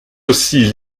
aussi